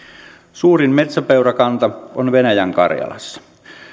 suurin metsäpeurakanta on venäjän karjalassa